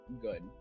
good